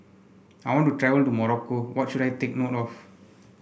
I want to travel to Morocco what should I take note of